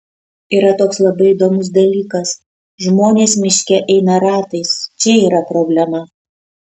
yra toks labai įdomus dalykas žmonės miške eina ratais čia yra problema